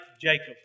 Jacob